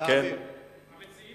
אתם